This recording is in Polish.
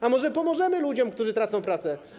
A może pomożemy ludziom, którzy tracą pracę?